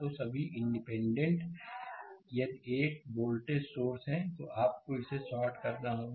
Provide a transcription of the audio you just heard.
तो सभी इंडिपेंडेंट यदि यह एक वोल्टेज सोर्स है तो आपको इसे शॉर्ट करना होगा